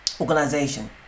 organization